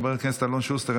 חבר הכנסת אלון שוסטר,